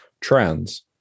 trends